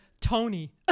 Tony